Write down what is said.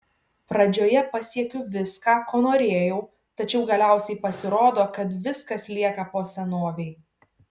pradžioje pasiekiu viską ko norėjau tačiau galiausiai pasirodo kad viskas lieka po senovei